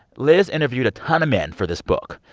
liz interviewed a ton of men for this book.